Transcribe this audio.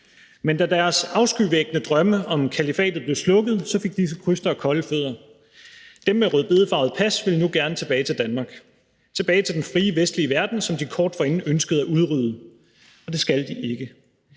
Men da deres afskyvækkende drømme om kalifatet blev slukket, fik disse krystere kolde fødder. Dem med et rødbedefarvet pas ville nu gerne tilbage til Danmark, tilbage til den frie vestlige verden, som de kort forinden ønskede at udrydde, og det skal de ikke.